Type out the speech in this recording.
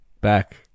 back